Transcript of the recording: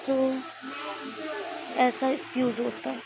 तो ऐसा क्यों होता